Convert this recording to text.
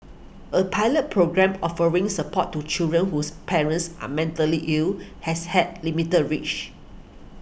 a pilot programme offering support to children whose parents are mentally ill has had limited reach